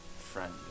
friend